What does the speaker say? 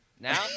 Now